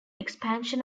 expansion